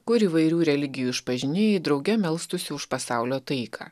kur įvairių religijų išpažinėjai drauge melstųsi už pasaulio taiką